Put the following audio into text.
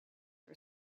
for